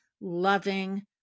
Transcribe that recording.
loving